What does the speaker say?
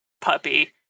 puppy